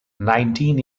nineteen